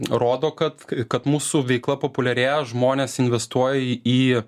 rodo kad kad mūsų veikla populiarėja žmonės investuoja į